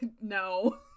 no